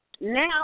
Now